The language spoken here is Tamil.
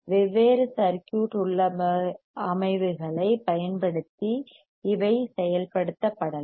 வெவ்வேறு சர்க்யூட் உள்ளமைவுகளைப் configurations கான்பிகரேஷன் பயன்படுத்தி இவை செயல்படுத்தப்படலாம்